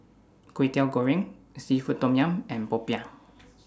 Kwetiau Goreng Seafood Tom Yum and Popiah